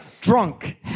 Drunk